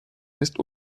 ist